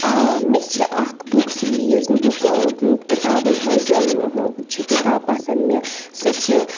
آ مےٚ چھِ اَکھ بُک سیٖریٖز بُک کِتابَن ہِنٛز چھِ کِتاب پَسنٛد مےٚ سُہ چھِ